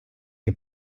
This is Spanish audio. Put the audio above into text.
que